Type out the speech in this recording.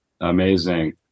Amazing